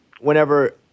whenever